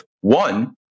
One